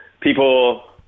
people